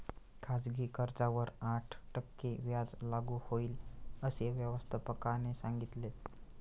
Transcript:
खाजगी कर्जावर आठ टक्के व्याज लागू होईल, असे व्यवस्थापकाने सांगितले